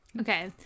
Okay